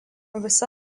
visa